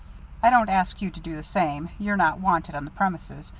i don't ask you to do the same. you're not wanted on the premises.